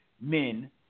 men